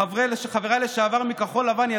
חבריי לשעבר מכחול לבן.